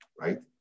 right